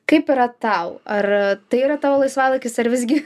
kaip yra tau ar tai yra tavo laisvalaikis ar visgi